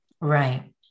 Right